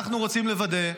אנחנו רוצים לוודא שהציבור,